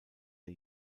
der